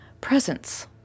presence